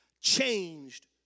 changed